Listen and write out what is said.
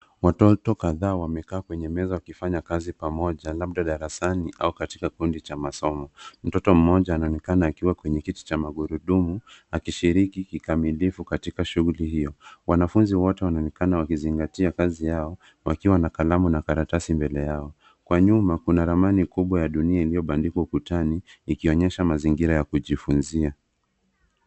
Watoto kadhaa wamekaa kwenye meza wakifanya kazi pamoja labda darasani au katika kikundi cha masomo. Mtoto mmoja anaonekana akiwa kwenye kiti cha magurudumu akishiriki kikamilifu katika shughuli hiyo. Wanafunzi wote wanaonekana wakizingatia kazi yao wakiwa na kalamu na karatasi mbele yao. Kwa nyuma kuna ramani kubwa ya dunia iliyobandikwa ukutani ikionyesha mazingira ya kujifunzia.